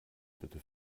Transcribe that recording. bitte